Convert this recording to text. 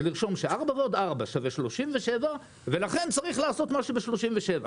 זה לרשום ש-4 + 4 שווה 37 ולכן צריך לעשות משהו ב-37.